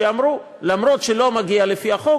שאמרו: אומנם לא מגיע לפי החוק,